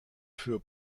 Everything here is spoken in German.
für